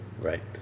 Right